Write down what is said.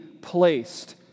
placed